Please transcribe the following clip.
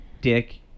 dick